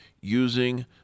using—